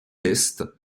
est